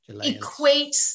equate